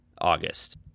August